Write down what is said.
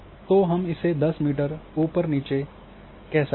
तो हम इसे 10 मीटर ऊपर नीचे कह सकते हैं